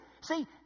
See